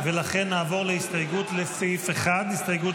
ולכן נעבור להסתייגות לסעיף 1, הסתייגות